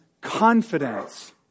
confidence